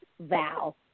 Val